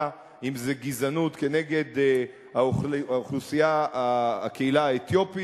אם זה גזענות נגד הקהילה האתיופית,